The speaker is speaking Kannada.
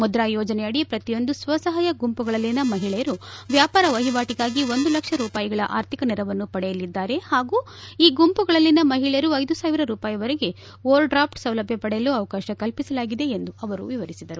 ಮುದ್ರಾ ಯೋಜನೆಯಡಿ ಪ್ರತಿಯೊಂದು ಸ್ವಸಹಾಯ ಗುಂಪುಗಳಲ್ಲಿನ ಮಹಿಳೆಯರು ವ್ಯಾಪಾರ ವಹಿವಾಟಿಗಾಗಿ ಒಂದು ಲಕ್ಷ ರೂಪಾಯಿಗಳ ಆರ್ಥಿಕ ನೆರವನ್ನು ಪಡೆಯಲಿದ್ದಾರೆ ಹಾಗೂ ಈ ಗುಂಪುಗಳಲ್ಲಿನ ಮಹಿಳೆಯರು ಐದು ಸಾವಿರ ರೂಪಾಯಿವರೆಗೆ ಓವರ್ಡ್ರಾಪ್ಟ್ ಸೌಲಭ್ಯ ಪಡೆಯಲು ಅವಕಾಶ ಕಲ್ಪಿಸಲಾಗಿದೆ ಎಂದು ಅವರು ವಿವರಿಸಿದರು